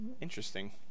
Interesting